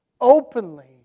openly